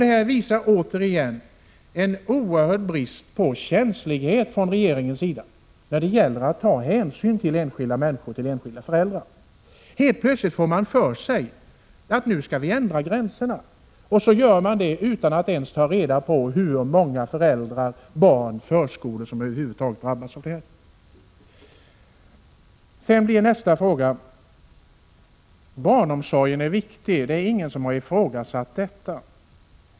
Det visar återigen att regeringen har en oerhörd brist på känslighet när det gäller att ta hänsyn till enskilda människor, enskilda föräldrar. Helt plötsligt får regeringen för sig att man skall ändra gränserna, och så gör man det, utan att ens ta reda på hur många barn, föräldrar och förskolor som drabbas. Barnomsorgen är viktig. Ingen har ifrågasatt detta.